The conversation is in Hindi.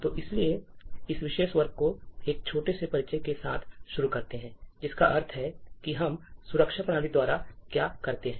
तो चलिए इस विशेष वर्ग को एक छोटे से परिचय के साथ शुरू करते हैं जिसका अर्थ है कि हम सुरक्षा प्रणालियों द्वारा क्या कहते हैं